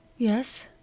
yes.